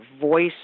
voice